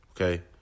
okay